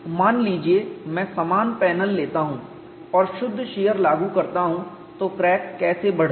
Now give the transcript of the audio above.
मान लीजिए मैं समान पैनल लेता हूं और शुद्ध शीयर लागू करता हूं तो क्रैक कैसे बढ़ता है